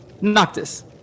Noctis